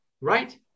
right